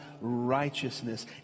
righteousness